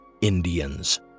Indians